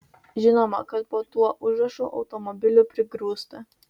žinoma kad po tuo užrašu automobilių prigrūsta